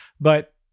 But-